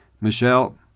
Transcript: Michelle